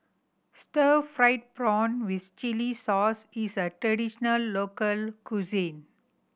stir fried prawn with chili sauce is a traditional local cuisine